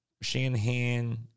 Shanahan